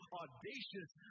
audacious